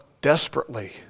desperately